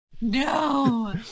No